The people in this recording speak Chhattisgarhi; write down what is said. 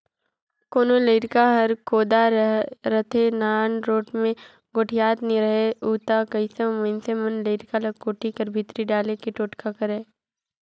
कोनो लरिका हर कोदा रहथे, नानरोट मे गोठियात नी रहें उ ता अइसे मे मइनसे मन लरिका ल कोठी कर भीतरी डाले के टोटका करय